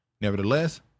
Nevertheless